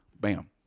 Bam